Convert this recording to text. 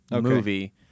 movie